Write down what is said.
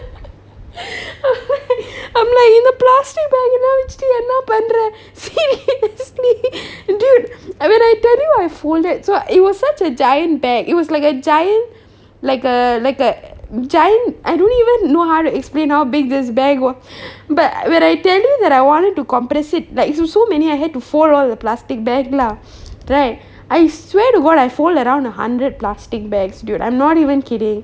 I'm like இந்த:intha plastic bag lah வச்சுட்டு என்னா பண்ற:vachuttu enna panra seriously dude when I tell you I folded so it was such a giant bag it was like a giant like err like err giant I don't even know how to explain how big this bag were but when I tell you that I wanted to compress it like so so many I I had to fold all the plastic bag lah right I swear to god I fold around a hundred plastic bags dude I'm not even kidding